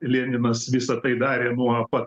leninas visa tai darė nuo pat